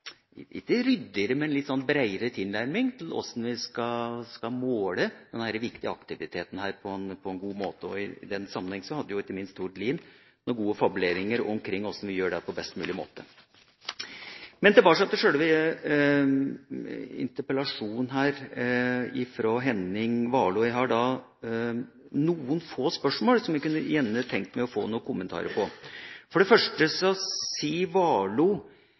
ikke ryddigere, men litt breiere tilnærming til hvordan vi skal måle denne viktige aktiviteten på en god måte. I den sammenheng hadde jo ikke minst Tord Lien noen gode fabuleringer omkring hvordan vi gjør det på best mulig måte. Men tilbake til sjølve interpellasjonen fra Henning Warloe. Jeg har noen få spørsmål som jeg gjerne kunne tenke meg å få noen kommentarer til. For det første